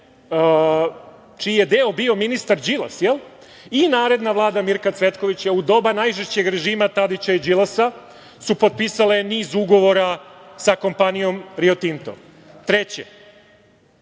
čiji je deo bio ministar Đilas i naredna vlada Mirka Cvetkovića u doba najžešćeg režima Tadića i Đilasa su potpisale niz ugovora sa kompanijom Rio Tinto. Treće,